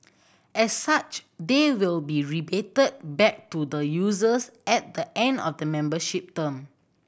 as such they will be rebated back to the users at the end of the membership term